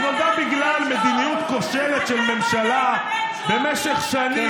היא נולדה בגלל מדיניות כושלת של ממשלה שבמשך שנים,